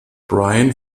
brian